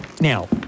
Now